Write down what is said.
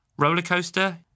Rollercoaster